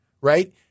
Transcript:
right